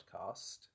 podcast